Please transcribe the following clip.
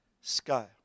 sky